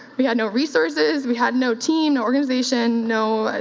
we had no resources, we had no team, no organization, no,